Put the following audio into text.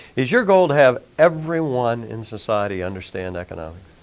is your goal to have everyone in society understand economics?